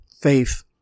faith